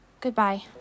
Goodbye